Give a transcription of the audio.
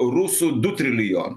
rusų du trilijonai